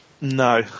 No